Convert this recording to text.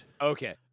Okay